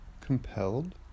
compelled